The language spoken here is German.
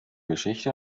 geschichte